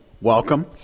Welcome